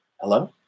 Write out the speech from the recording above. hello